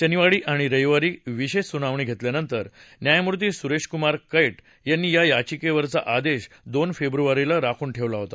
शनिवारी आणि रविवारी विशेष सुनावणी घेतल्यानंतर न्यायमूर्ती सुरेश कुमार क्टीयांनी या याचिकेवरचा आदेश दोन फेब्रुवारीला राखून ठेवला होता